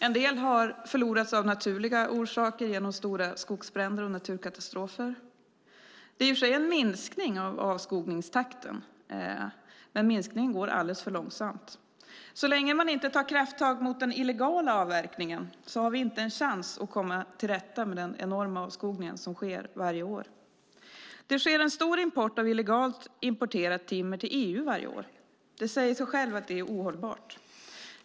En del har förlorats av naturliga orsaker genom stora skogsbränder och naturkatastrofer. Det är i och för sig en minskning av avskogningstakten, men minskningen går alldeles för långsamt. Så länge man inte tar krafttag mot den illegala avverkningen har vi inte en chans att komma till rätta med den enorma avskogning som sker varje år. Det sker en stor illegal import av timmer till EU varje år. Det säger sig självt att det är ohållbart.